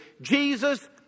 jesus